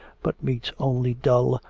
but meets only dull,